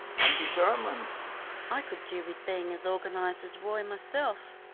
i'm determined i could do with being as organised as roy myself.